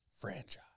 franchise